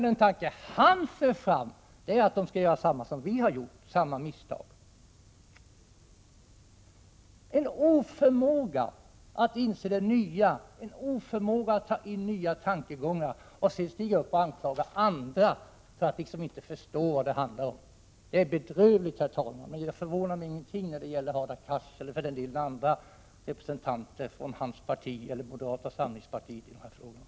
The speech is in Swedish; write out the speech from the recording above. Den tanke han för fram är att utvecklingsländerna skall göra samma misstag som vi har gjort. Det är en oförmåga att ta in nya tankar! Och sedan stiger Hadar Cars upp och anklagar andra för att inte förstå vad det handlar om. Det är bedrövligt, herr talman. Men ingenting förvånar mig när det kommer från Hadar Cars eller för den delen andra representanter för hans parti eller moderata samlingspartiet i de här frågorna.